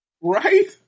Right